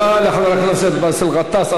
תודה לחבר הכנסת באסל גטאס.